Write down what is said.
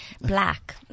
Black